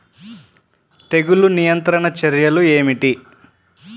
తెగులు నియంత్రణ చర్యలు ఏమిటి?